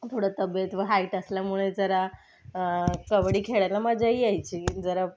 थोडं तब्बेत व हाईट असल्यामुळे जरा कबड्डी खेळायला मजाही यायची जरा